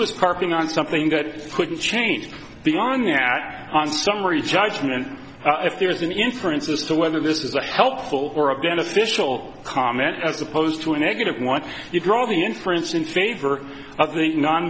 was parking on something that couldn't change beyond that on summary judgment and if there is an inference as to whether this is a helpful or a beneficial comment as opposed to a negative one you draw the inference in favor of the non